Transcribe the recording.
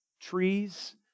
trees